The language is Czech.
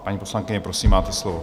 Paní poslankyně, prosím, máte slovo.